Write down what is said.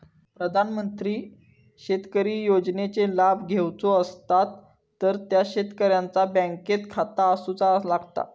प्रधानमंत्री शेतकरी योजनेचे लाभ घेवचो असतात तर त्या शेतकऱ्याचा बँकेत खाता असूचा लागता